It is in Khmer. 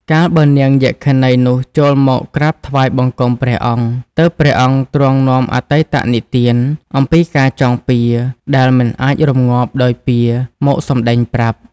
កាលបើនាងយក្ខិនីនោះចូលមកក្រាបថ្វាយបង្គំព្រះអង្គ ទើបព្រះអង្គទ្រង់នាំអតីតនិទាន "អំពីការចងពៀរ ដែលមិនអាចរម្ងាប់ដោយពៀរ" មកសម្តែងប្រាប់ ។